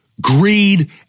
greed